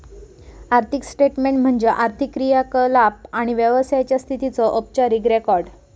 आर्थिक स्टेटमेन्ट म्हणजे आर्थिक क्रियाकलाप आणि व्यवसायाचा स्थितीचो औपचारिक रेकॉर्ड